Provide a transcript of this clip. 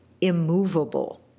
immovable